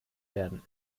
werden